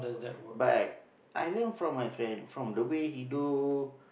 but I learn from my friend from the way he do